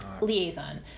liaison